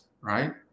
right